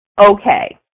okay